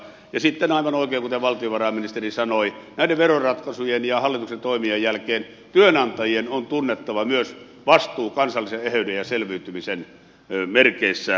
sitten aivan oikein kuten valtiovarainministeri sanoi näiden veroratkaisujen ja hallituksen toimien jälkeen työnantajien on tunnettava myös vastuu kansallisen eheyden ja selviytymisen merkeissä myös työllistämisestä